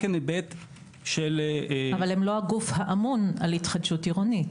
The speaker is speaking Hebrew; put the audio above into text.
אבל הם לא הגוף האמון על התחדשות עירונית.